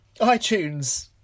iTunes